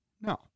No